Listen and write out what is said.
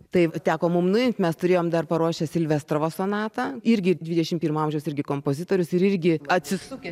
tai teko mum nuimt mes turėjom dar paruošę silvestrovo sonatą irgi dvidešim pirmo amžiaus irgi kompozitorius ir irgi atsisukę